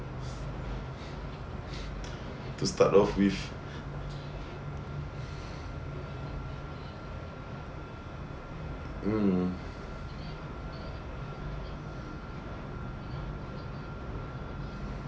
to start off with mm